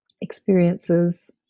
experiences